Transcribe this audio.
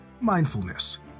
mindfulness